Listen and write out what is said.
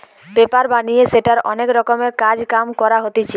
paper বানিয়ে সেটার অনেক রকমের কাজ কাম করা হতিছে